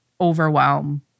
overwhelm